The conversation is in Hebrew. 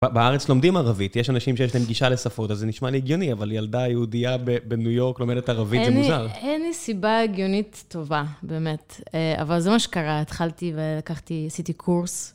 בארץ לומדים ערבית, יש אנשים שיש להם גישה לשפות, אז זה נשמע לי הגיוני, אבל ילדה יהודייה בניו יורק לומדת ערבית, זה מוזר. אין לי סיבה הגיונית טובה, באמת. אבל זה מה שקרה, התחלתי ולקחתי ועשיתי קורס.